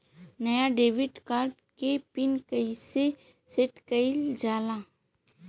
नया debit card क PIN कईसे सेट कईल जाला?